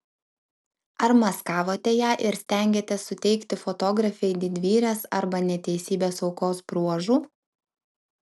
ar maskavote ją ir stengėtės suteikti fotografei didvyrės arba neteisybės aukos bruožų